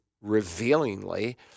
revealingly